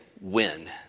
win